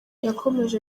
yakomeje